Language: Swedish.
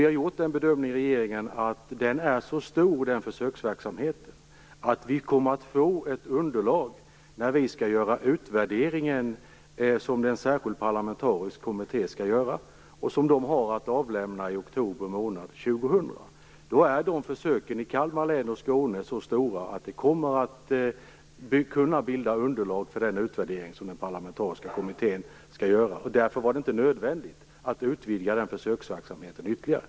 I regeringen har vi gjort bedömningen att den här försöksverksamheten är så stor att vi kommer att få ett underlag för den utvärdering som en särskild parlamentarisk kommitté skall göra och som ska avlämnas i oktober månad år 2000. Då är försöken i Kalmar län och Skåne län så omfattande att de kan bilda underlag för den utvärdering som den parlamentariska kommittén skall göra. Därför var det inte nödvändigt att utvidga den försöksverksamheten ytterligare.